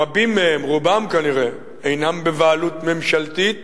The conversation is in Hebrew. רבים מהם, רובם כנראה, אינם בבעלות ממשלתית.